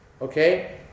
Okay